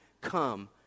come